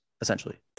essentially